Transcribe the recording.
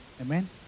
amen